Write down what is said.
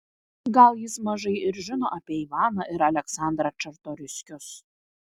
gal jis mažai ir žino apie ivaną ir aleksandrą čartoriskius